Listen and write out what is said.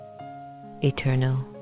eternal